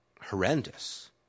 horrendous